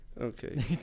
Okay